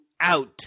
out